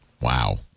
Wow